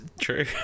true